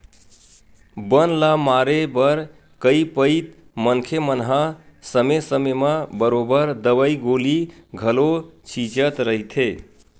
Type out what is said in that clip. बन ल मारे बर कई पइत मनखे मन हा समे समे म बरोबर दवई गोली घलो छिंचत रहिथे